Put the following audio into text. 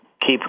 keep